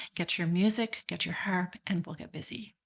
get your music, get your harp and we'll get busy.